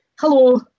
hello